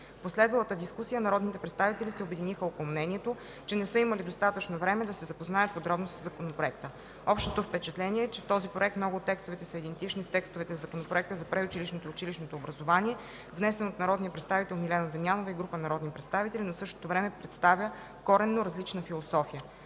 В последвалата дискусия народните представители се обединиха около мнението, че не са имали достатъчно време да се запознаят подробно със Законопроекта. Общото впечатление е, че в този проект много от текстовете са идентични с текстовете в Законопроекта за предучилищното и училищното образование, внесен от народния представител Милена Дамянова и група народни представители, но в същото време представя коренно различна философия.